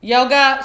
Yoga